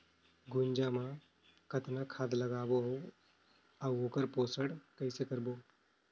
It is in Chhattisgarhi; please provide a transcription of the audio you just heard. गुनजा मा कतना खाद लगाबो अउ आऊ ओकर पोषण कइसे करबो?